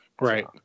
Right